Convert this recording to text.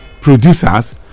producers